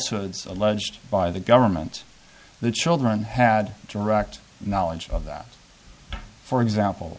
ods alleged by the government the children had direct knowledge of that for example